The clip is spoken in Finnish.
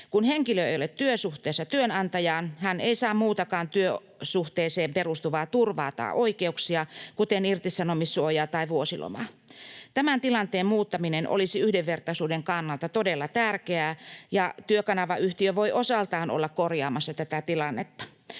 Kun henkilö ei ole työsuhteessa työnantajaan, hän ei saa muutakaan työsuhteeseen perustuvaa turvaa tai oikeuksia, kuten irtisanomissuojaa tai vuosilomaa. Tämän tilanteen muuttaminen olisi yhdenvertaisuuden kannalta todella tärkeää, ja Työkanava-yhtiö voi osaltaan olla korjaamassa tätä tilannetta.